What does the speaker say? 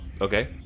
Okay